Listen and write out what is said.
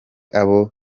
abo